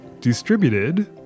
distributed